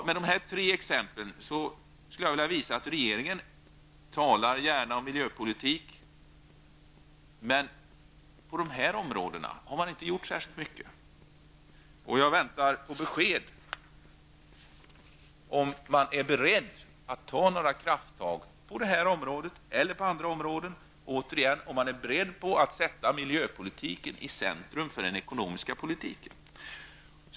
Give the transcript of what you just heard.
Med dessa tre exempel vill jag visa att regeringen gärna talar om miljöpolitik på dessa områden, men att den inte gjort särskilt mycket. Jag väntar på besked om man är beredd att ta några krafttag på det området eller på andra områden och återigen om man är beredd att sätta miljöpolitiken i centrum för den ekonomiska politiken.